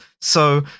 so-